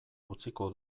utziko